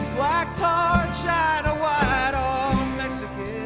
black tar, china white on mexican